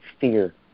fear